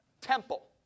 temple